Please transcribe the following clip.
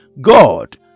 god